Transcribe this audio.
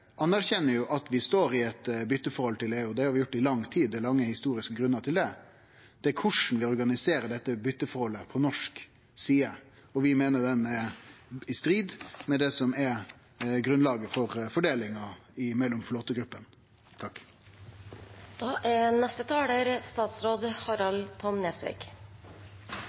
anerkjenner at vi står i eit byteforhold til EU. Det har vi gjort i lang tid, og det er lange historiske grunnar til det. Det er korleis ein organiserer dette byteforholdet på norsk side vi meiner er i strid med grunnlaget for fordelinga mellom flåtegruppene.